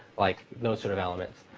like those sort of elements.